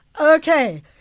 Okay